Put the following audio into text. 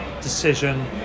decision